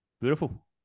Beautiful